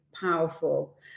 powerful